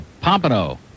Pompano